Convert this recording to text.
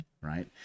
right